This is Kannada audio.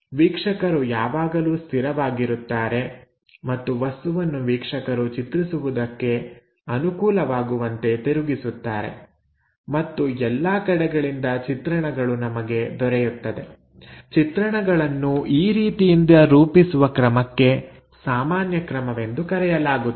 ವೀಕ್ಷಕರು ಯಾವಾಗಲೂ ಸ್ಥಿರ ಆಗಿರುತ್ತಾರೆ ಮತ್ತು ವಸ್ತುವನ್ನು ವೀಕ್ಷಕರು ಚಿತ್ರಿಸುವುದಕ್ಕೆ ಅನುಕೂಲವಾಗುವಂತೆ ತಿರುಗಿಸುತ್ತಾರೆ ಮತ್ತು ಎಲ್ಲಾ ಕಡೆಗಳಿಂದ ಚಿತ್ರಣಗಳು ನಮಗೆ ದೊರೆಯುತ್ತದೆ ಚಿತ್ರಣಗಳನ್ನು ಈ ರೀತಿಯಿಂದ ರೂಪಿಸುವ ಕ್ರಮಕ್ಕೆ ಸಾಮಾನ್ಯ ಕ್ರಮವೆಂದು ಕರೆಯಲಾಗುತ್ತದೆ